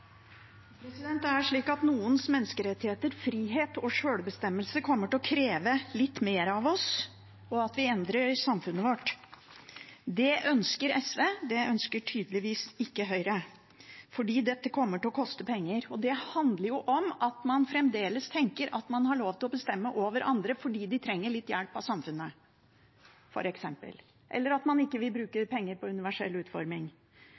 Det er slik at noens menneskerettigheter, frihet og sjølbestemmelse kommer til å kreve litt mer av oss, og at vi endrer samfunnet vårt. Det ønsker SV. Det ønsker tydeligvis ikke Høyre, fordi det kommer til å koste penger. Det handler om at man fremdeles tenker at man har lov til å bestemme over andre fordi de trenger litt hjelp av samfunnet, f.eks., eller at man ikke vil bruke penger på universell utforming,